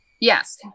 yes